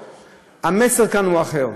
המסר כאן הוא אחר: